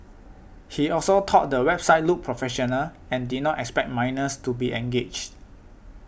he also thought the website looked professional and did not expect minors to be engaged